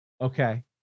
Okay